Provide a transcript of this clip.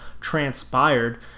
transpired